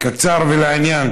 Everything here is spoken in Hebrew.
קצר ולעניין.